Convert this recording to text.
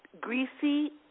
greasy